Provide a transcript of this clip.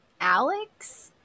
Alex